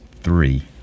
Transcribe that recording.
three